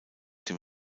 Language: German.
dem